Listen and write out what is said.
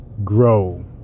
grow